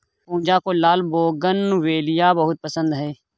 पूजा को लाल बोगनवेलिया बहुत पसंद है